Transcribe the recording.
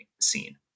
scene